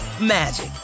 magic